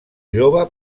jove